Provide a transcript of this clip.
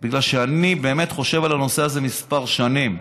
כי אני באמת חושב על הנושא הזה מספר שנים.